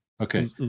okay